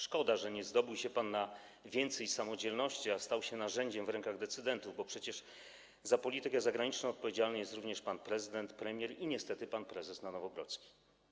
Szkoda, że nie zdobył się pan na więcej samodzielności, tylko stał się narzędziem w rękach decydentów, bo przecież za politykę zagraniczną odpowiedzialny jest również pan prezydent, premier i niestety pan prezes na Nowogrodzkiej.